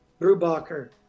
Brubacher